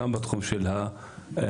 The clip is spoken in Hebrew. גם בתחום של ההייטק.